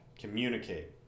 communicate